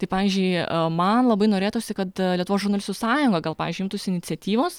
tai pavyzdžiui man labai norėtųsi kad lietuvos žurnalistų sąjunga gal pavyzdžiui imtųsi iniciatyvos